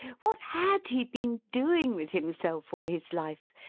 what had he been doing with himself all his life,